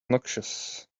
noxious